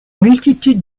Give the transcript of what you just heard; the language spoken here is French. multitude